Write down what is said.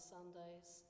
Sundays